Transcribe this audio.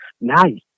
Nice